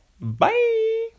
Bye